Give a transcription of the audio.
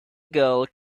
girl